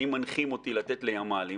אם מנחים אותי לתת לימ"לים,